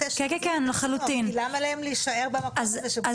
כי למה להם להישאר במקום הזה --- כן.